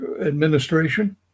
administration